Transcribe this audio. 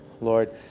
Lord